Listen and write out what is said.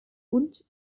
und